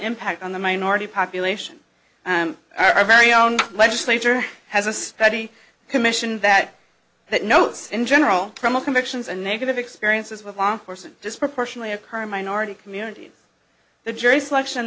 impact on the minority population and our very own legislature has a study commission that that knows in general from all convictions and negative experiences with law enforcement disproportionately occur minority communities the jury selection